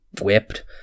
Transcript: whipped